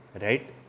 right